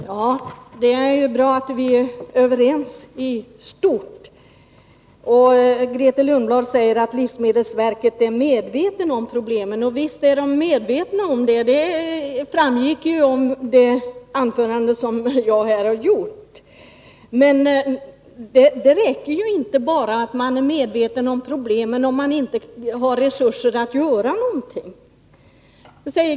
Herr talman! Det är ju bra att vi är överens i stort. Grethe Lundblad säger att man på livsmedelsverket är medveten om problemen. Ja visst, det framgick ju av det anförande jag nyss höll. Men det räcker inte att vara medveten om problemen, om man inte har resurser att göra någonting.